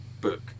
book